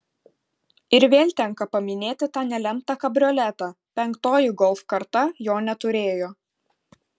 ir vėl tenka paminėti tą nelemtą kabrioletą penktoji golf karta jo neturėjo